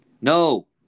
No